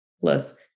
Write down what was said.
plus